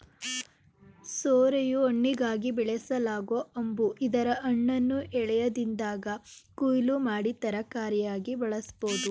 ಸೋರೆಯು ಹಣ್ಣಿಗಾಗಿ ಬೆಳೆಸಲಾಗೊ ಹಂಬು ಇದರ ಹಣ್ಣನ್ನು ಎಳೆಯದಿದ್ದಾಗ ಕೊಯ್ಲು ಮಾಡಿ ತರಕಾರಿಯಾಗಿ ಬಳಸ್ಬೋದು